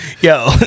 Yo